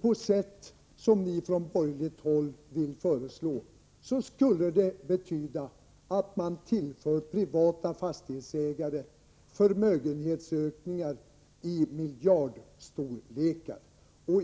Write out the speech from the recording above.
på sätt som ni från borgerligt håll önskar, skulle det betyda att man tillför privata fastighetsägare förmögenhetsökningar i miljardklassen.